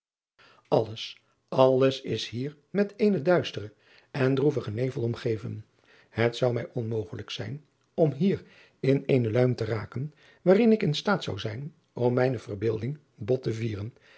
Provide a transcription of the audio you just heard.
lles alles is hier met eenen duisteren en droevigen nevel omgeven et zou mij onmogelijk zijn om hier in eene luim te raken waarin ik in staat zou zijn om mijne verbeelding bot te vieren